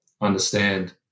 understand